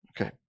Okay